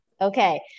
Okay